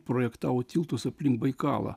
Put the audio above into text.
projektavo tiltus aplink baikalą